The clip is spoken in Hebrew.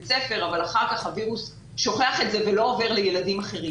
הספר אבל אחר כך הווירוס שוכח את זה ולא עובר לילדים אחרים.